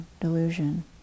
delusion